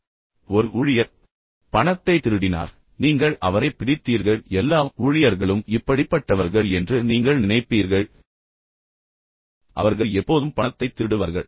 எனவே ஒரு ஊழியர் பணத்தைத் திருடினார் நீங்கள் அவரைப் பிடித்தீர்கள் எல்லா ஊழியர்களும் இப்படிப்பட்டவர்கள் என்று நீங்கள் நினைப்பீர்கள் அவர்கள் எப்போதும் பணத்தைத் திருடுவார்கள்